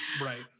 Right